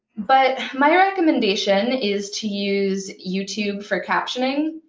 but my recommendation is to use youtube for captioning.